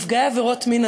נפגעי עבירות מין,